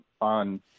on